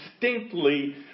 distinctly